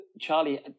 Charlie